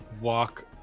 walk